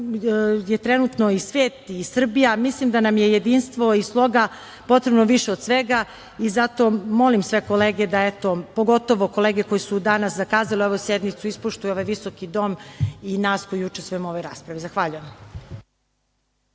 je trenutno i svet i Srbija i mislim da nam je jednistvo i sloga potrebno više od svega, i zato molim sve kolege da eto pogotovo kolege koje su danas zakazale ovu sednicu, ispoštuju ovaj visoki dom i nas koje učestvujemo u ovoj raspravi. Zahvaljujem.